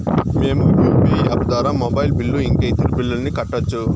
మేము UPI app ద్వారా mobile bill ఇంకా ఇతర బిల్లులను కట్టొచ్చు